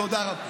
תודה רבה.